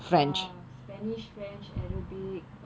ah spanish french arabic